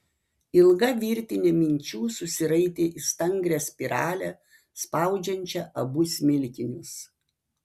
ilga virtinė minčių susiraitė į stangrią spiralę spaudžiančią abu smilkinius